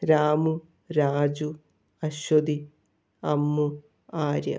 Ramu Raju Aswathy Ammu Arya